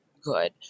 good